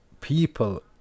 people